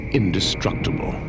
indestructible